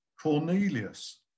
Cornelius